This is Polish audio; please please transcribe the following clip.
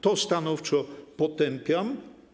To stanowczo potępiam.